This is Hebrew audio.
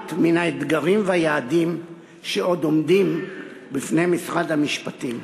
ומעט מן האתגרים והיעדים שעוד עומדים בפני משרד המשפטים.